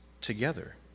together